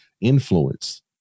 influence